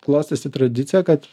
klostėsi tradicija kad